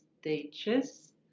stages